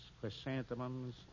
chrysanthemums